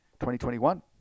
2021